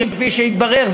כפי שהתברר,